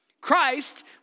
Christ